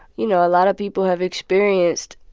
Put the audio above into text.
you know, a lot of people have experienced